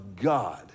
God